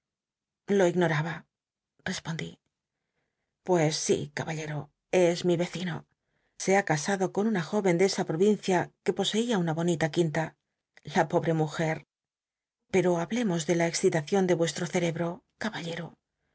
lo ignoraba respondí pues si caballero es mi y ccino se ha c sado con una jól'en de esa proyincia que poseía una bonita nin ta la pobre mujer pcr o hablemos de la e xci tacion de yucstro cerebro caballero